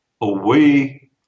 away